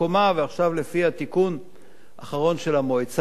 ועכשיו לפי התיקון האחרון של המועצה הארצית,